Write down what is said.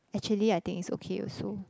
actually I think it's okay also